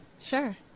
Sure